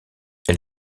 elle